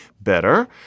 better